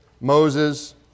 Moses